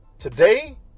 Today